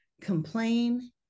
complain